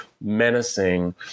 menacing